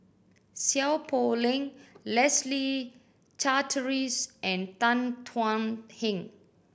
Seow Poh Leng Leslie Charteris and Tan Thuan Heng